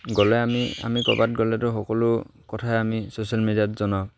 গ'লে আমি আমি ক'ৰবাত গ'লেতো সকলো কথাই আমি ছ'চিয়েল মিডিয়াত জনাওঁ